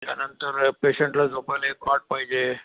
त्यानंतर पेशंटला झोपायला एक कॉट पाहिजे